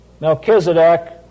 Melchizedek